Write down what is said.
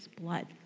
blood